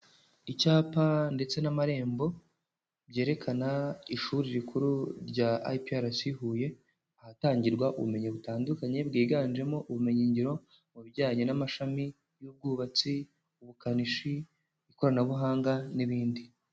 Icyapa ndetse n'amarembo, byerekana ishuri rikuru rya IPRC Huye, ahatangirwa ubumenyi butandukanye bwiganjemo ubumenyingiro mu bijyanye n'amashami y'ubwubatsi, ubukanishi, ikoranabuhanga n'ibindi.